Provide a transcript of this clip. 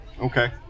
Okay